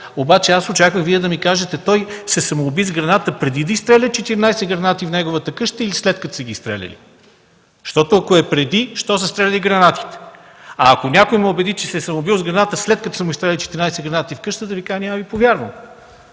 Обаче аз очаквах Вие да ми кажете – той се самоуби с граната, преди да изстрелят 14 гранати в неговата къща или след като са ги изстреляли? Защото, ако е преди, защо са стреляли гранатите? Ако някой ме убеди, че се е самоубил с граната, след като са му изстреляли 14 гранати в къщата, да Ви кажа – няма да Ви повярвам,